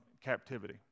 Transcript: captivity